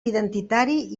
identitari